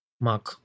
Mac